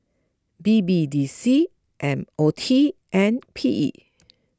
B B D C M O T and P E